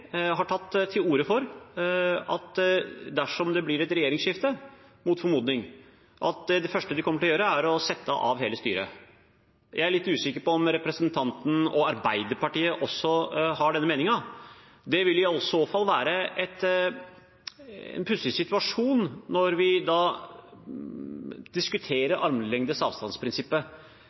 har tatt til orde for at det første de kommer til å gjøre dersom det blir et regjeringsskifte, mot formodning, er å avsette hele styret. Jeg er litt usikker på om representanten og Arbeiderpartiet også har denne meningen. Det vil i så fall være en pussig situasjon når vi diskuterer armlengdes